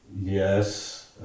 yes